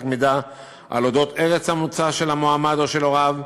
מידע על אודות ארץ המוצא של המועמד או של הוריו,